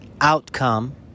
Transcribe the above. outcome